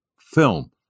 film